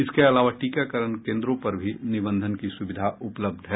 इसके अलावा टीकाकरण केन्द्रों पर भी निबंधन की सुविधा उपलब्ध है